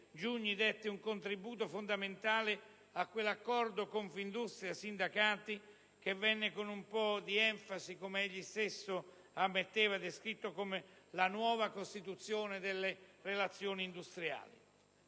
Giugni dette un contributo fondamentale a quell'accordo Confindustria-sindacati che venne descritto con un po' di enfasi - come egli stesso ammetteva - come la nuova Costituzione delle relazioni industriali.